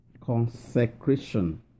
Consecration